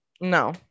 No